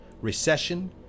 recession